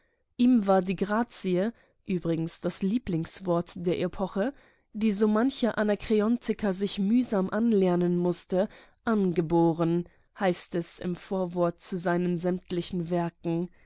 ihm war die grazie übrigens das lieblingswort der epoche die so mancher anakreontiker sich mühsam anlernen mußte angeboren heißt es im vorwort zu seinen sämtlichen werken